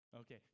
Okay